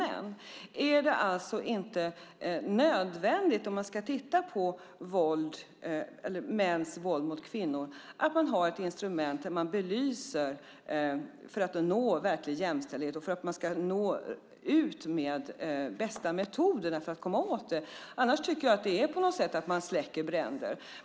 Är det inte nödvändigt att man, om man ska titta på mäns våld mot kvinnor, har ett instrument där man belyser detta för att nå verklig jämställdhet och för att man ska nå ut med de bästa metoderna att komma åt det? Annars är det som att man släcker bränder.